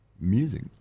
music